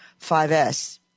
5S